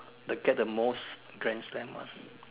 that get the most grand slam one